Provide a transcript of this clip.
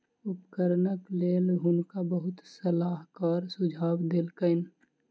उपकरणक लेल हुनका बहुत सलाहकार सुझाव देलकैन